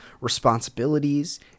responsibilities